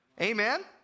amen